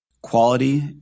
Quality